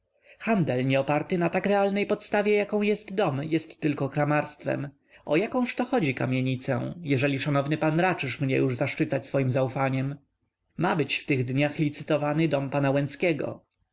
handel nie oparty na tak realnej podstawie jaką jest dom jest tylko kramarstwem o jakąż to chodzi kamienicę jeżeli szanowny pan raczysz mnie już zaszczycać swojem zaufaniem ma być w tych dniach licytowany dom